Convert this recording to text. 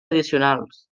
addicionals